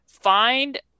find